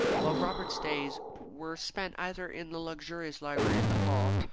while robert's days were spent either in the luxurious library at the hall,